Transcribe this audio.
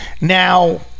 Now